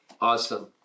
awesome